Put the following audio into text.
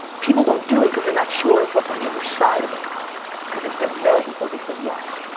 people don't do it cause they're not sure what's on the other side of it cause they said no before they said yes.